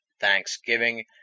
Thanksgiving